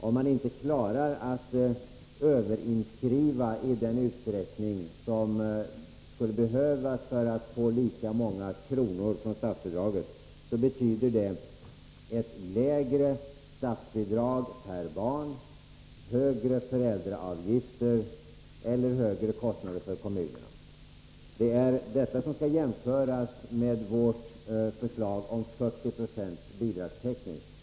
Om man inte klarar att överinskriva i den utsträckning som skulle behövas för att få lika många kronor från statsbidraget, betyder det ett lägre statsbidrag per barn, högre föräldraavgifter eller högre kostnader för kommunerna. Det är detta som skall jämföras med vårt förslag om 40 96 bidragstäckning.